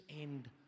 end